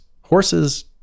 Horses